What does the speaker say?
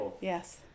Yes